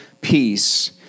peace